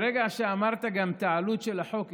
ברגע שאמרת גם את העלות של החוק,